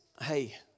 hey